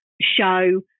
show